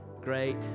great